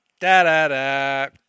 Da-da-da